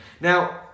Now